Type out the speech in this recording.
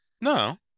no